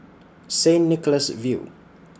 Saint Nicholas View